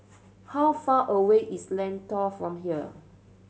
how far away is Lentor from here